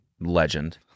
legend